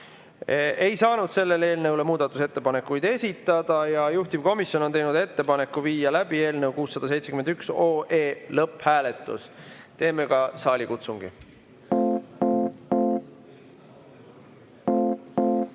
ei saanud selle eelnõu kohta muudatusettepanekuid esitada. Juhtivkomisjon on teinud ettepaneku viia läbi eelnõu 671 lõpphääletus. Teeme ka saalikutsungi.